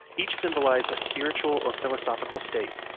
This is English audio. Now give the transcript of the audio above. each symbolizes a spiritual or philosophical state.